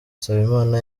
nsabimana